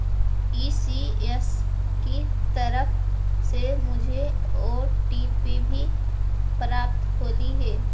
ECS की तरफ से मुझे ओ.टी.पी भी प्राप्त होलई हे